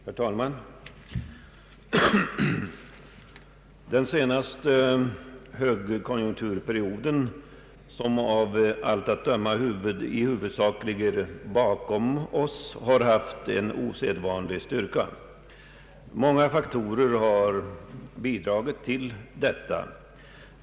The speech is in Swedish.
Herr talman! Den senaste högkonjunkturperioden, som av allt att döma i huvudsak ligger bakom oss, har haft en osedvanlig styrka. Många faktorer har bidragit till detta.